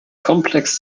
complex